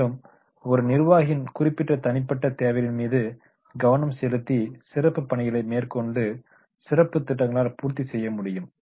மேலும் ஒரு நிர்வாகியின் குறிப்பிட்ட தனிப்பட்ட தேவைகளின் மீது கவனம் செலுத்தி சிறப்பு பணிகளை மேற்கொண்டு சிறப்பு திட்டங்களால் பூர்த்தி செய்ய முடியும்